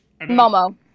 Momo